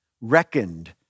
reckoned